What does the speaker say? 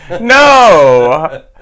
No